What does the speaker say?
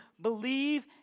believe